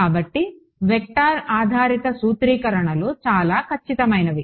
కాబట్టి వెక్టర్ ఆధారిత సూత్రీకరణలు చాలా ఖచ్చితమైనవి